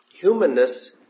humanness